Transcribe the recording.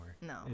No